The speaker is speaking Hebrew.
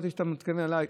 חשבתי שאתה מתכוון אליי,